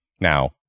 Now